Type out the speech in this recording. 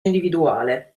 individuale